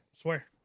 Swear